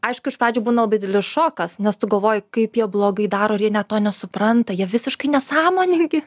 aišku iš pradžių būna didelis šokas nes tu galvoji kaip jie blogai daro ir jie net to nesupranta jie visiškai nesąmoningi